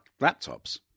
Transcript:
laptops